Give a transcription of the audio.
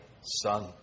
son